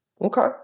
Okay